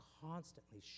constantly